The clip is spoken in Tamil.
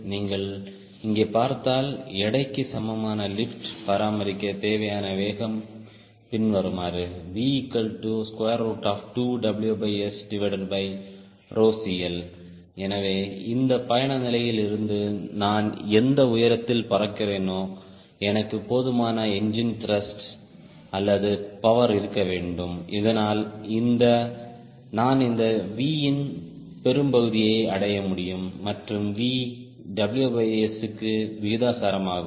நீங்கள் இங்கே பார்த்தால் எடைக்கு சமமான லிப்ட் பராமரிக்க தேவையான வேகம் பின்வருமாறு V2WSCL எனவே இந்த பயண நிலையில் இருந்து நான் எந்த உயரத்தில் பறக்கிறேனோ எனக்கு போதுமான என்ஜின் த்ருஷ்ட் அல்லது பவர் இருக்க வேண்டும் இதனால் நான் இந்த V இன் பெரும்பகுதியை அடைய முடியும் மற்றும் V WS க்கு விகிதாசாரமாகும்